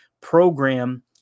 program